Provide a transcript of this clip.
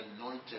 anointed